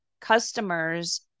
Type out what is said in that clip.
customers